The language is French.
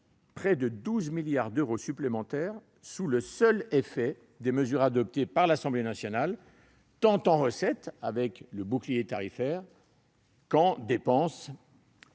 près de 12 milliards supplémentaires sous le seul effet des mesures adoptées par l'Assemblée nationale, tant en recettes, avec le bouclier tarifaire, qu'en dépenses.